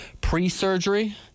pre-surgery